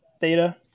data